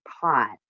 pot